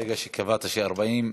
ברגע שקבעת שיהיה 40,